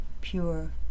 pure